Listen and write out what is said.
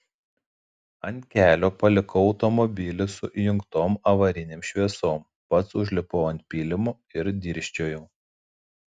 ant kelio palikau automobilį su įjungtom avarinėm šviesom pats užlipau ant pylimo ir dirsčiojau